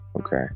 Okay